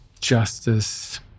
justice